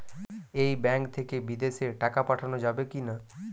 এই ব্যাঙ্ক থেকে বিদেশে টাকা পাঠানো যাবে কিনা?